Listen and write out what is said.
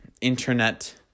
internet